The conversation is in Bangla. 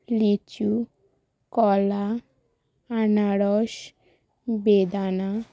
লিচু কলা আনারস বেদানা